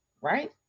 right